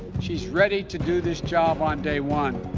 she's ready to do this job, on day one.